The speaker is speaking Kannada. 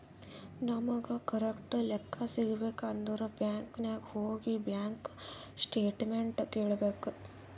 ನಮುಗ್ ಕರೆಕ್ಟ್ ಲೆಕ್ಕಾ ಸಿಗಬೇಕ್ ಅಂದುರ್ ಬ್ಯಾಂಕ್ ನಾಗ್ ಹೋಗಿ ಬ್ಯಾಂಕ್ ಸ್ಟೇಟ್ಮೆಂಟ್ ಕೇಳ್ಬೇಕ್